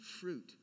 fruit